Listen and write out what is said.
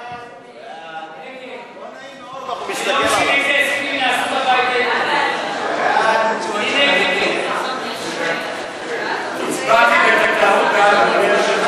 הודעת הממשלה על העברת סמכויות משר הכלכלה לשר לאזרחים ותיקים נתקבלה.